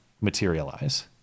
materialize